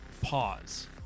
pause